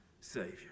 Savior